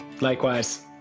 likewise